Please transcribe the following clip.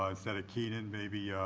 ah instead of keenan maybe